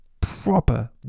proper